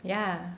yeah